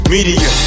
Media